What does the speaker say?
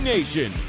Nation